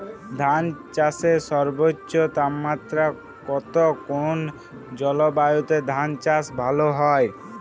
ধান চাষে সর্বোচ্চ তাপমাত্রা কত কোন জলবায়ুতে ধান চাষ ভালো হয়?